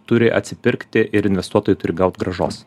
turi atsipirkti ir investuotojai turi gaut grąžos